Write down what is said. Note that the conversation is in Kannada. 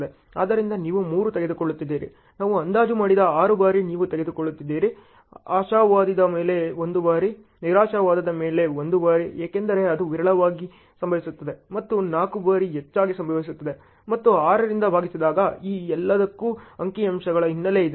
ಆದ್ದರಿಂದ ನೀವು 3 ತೆಗೆದುಕೊಳ್ಳುತ್ತಿದ್ದೀರಿ ನಾನು ಅಂದಾಜು ಮಾಡಿದ 6 ಬಾರಿ ನೀವು ತೆಗೆದುಕೊಳ್ಳುತ್ತಿದ್ದೀರಿ ಆಶಾವಾದದ ಮೇಲೆ ಒಂದು ಬಾರಿ ನಿರಾಶಾವಾದದ ಮೇಲೆ ಒಂದು ಬಾರಿ ಏಕೆಂದರೆ ಅದು ವಿರಳವಾಗಿ ಸಂಭವಿಸುತ್ತದೆ ಮತ್ತು 4 ಬಾರಿ ಹೆಚ್ಚಾಗಿ ಸಂಭವಿಸುತ್ತದೆ ಮತ್ತು 6 ರಿಂದ ಭಾಗಿಸಿದಾಗ ಈ ಎಲ್ಲದಕ್ಕೂ ಅಂಕಿಅಂಶಗಳ ಹಿನ್ನೆಲೆ ಇದೆ